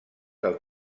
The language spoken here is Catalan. del